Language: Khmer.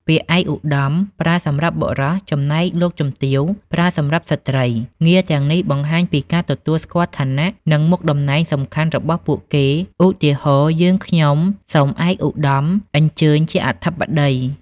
ពាក្យ ឯកឧត្តម ប្រើសម្រាប់បុរស ចំណែក លោកជំទាវ ប្រើសម្រាប់ស្ត្រី ងារទាំងនេះបង្ហាញពីការទទួលស្គាល់ឋានៈ និងមុខតំណែងសំខាន់របស់ពួកគេ ឧទាហរណ៍ យើងខ្ញុំសូមឯកឧត្តមអញ្ជើញជាអធិបតី។